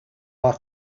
are